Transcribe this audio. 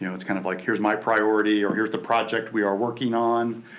you know it's kind of like, here's my priority or here's the project we are working on.